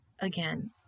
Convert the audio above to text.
Again